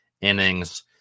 innings